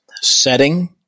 setting